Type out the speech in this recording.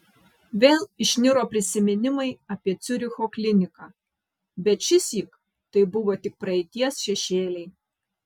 vėl išniro prisiminimai apie ciuricho kliniką bet šįsyk tai buvo tik praeities šešėliai